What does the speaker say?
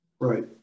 right